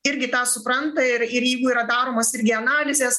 irgi tą supranta ir ir jeigu yra daromos irgi analizės